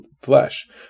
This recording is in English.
flesh